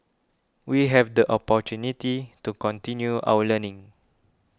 we have the opportunity to continue our learning